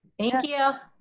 thank you.